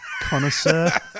Connoisseur